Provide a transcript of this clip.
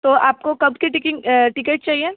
तो आपको कब की टीकिंग टिकट चाहिए